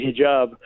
hijab